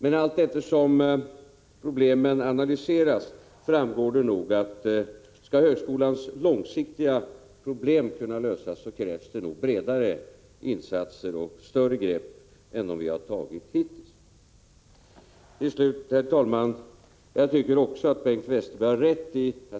Men allteftersom problemen analyseras framgår att det om högskolans långsiktiga problem skall kunna lösas nog krävs bredare insatser och större grepp än dem vi hittills har tagit. Till slut, herr talman, vill jag säga att jag tycker att Bengt Westerberg också har rätt i fråga om storstadsregionerna.